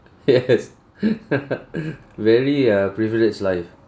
yes very uh privileged life